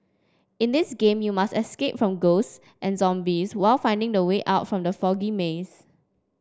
in this game you must escape from ghosts and zombies while finding the way out from the foggy maze